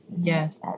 Yes